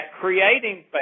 creating